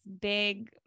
big